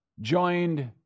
joined